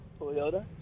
Toyota